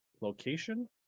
location